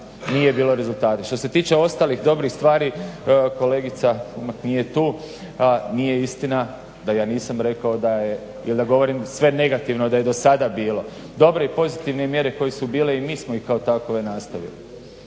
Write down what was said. nije bilo rezultata. Što se tiče ostalih dobrih stvari, kolegica nije tu. Nije istina da ja nisam rekao da je, il da govorim sve negativno da je do sada bilo. Dobre i pozitivne mjere koje su bile i mi smo ih kao takove nastavili.